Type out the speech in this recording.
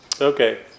Okay